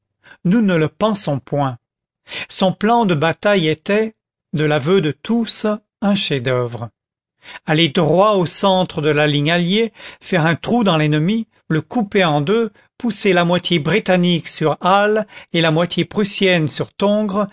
nous ne le pensons point son plan de bataille était de l'aveu de tous un chef-d'oeuvre aller droit au centre de la ligne alliée faire un trou dans l'ennemi le couper en deux pousser la moitié britannique sur hal et la moitié prussienne sur tongres